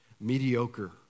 mediocre